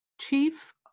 chief